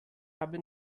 habe